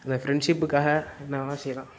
இந்த ஃப்ரெண்ட்ஷிப்புக்காக என்ன வேணால் செய்யலாம்